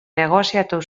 negoziatu